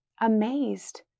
Amazed